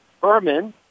Berman